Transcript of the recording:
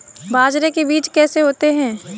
बाजरे के बीज कैसे होते हैं?